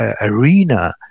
arena